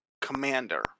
commander